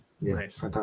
Nice